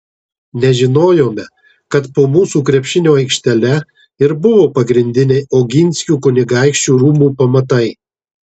nežinojome kad po mūsų krepšinio aikštele ir buvo pagrindiniai oginskių kunigaikščių rūmų pamatai